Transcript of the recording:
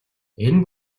энэ